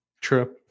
True